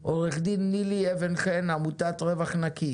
שלנו לשמר את האוניברסאליות במקומות שבהם הצריכה